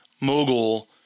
mogul